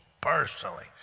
personally